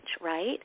right